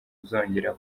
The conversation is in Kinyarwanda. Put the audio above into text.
uzongera